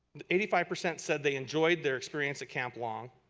eighty five percent said they enjoyed their experience at camp long.